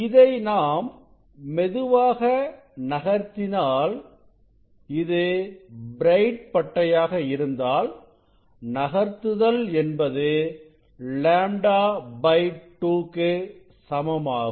இதை நாம் மெதுவாக நகர்த்தினாள் இது பிரைட் பட்டையாக இருந்தால் நகர்த்துதல் என்பது λ 2 க்கு சமமாகும்